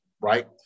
right